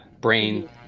brain